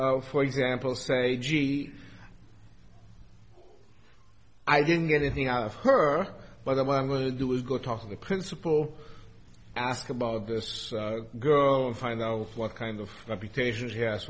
d for example say gee i didn't get anything out of her but i'm going to do is go talk to the principal ask about this girl and find out what kind of reputation she has